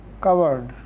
covered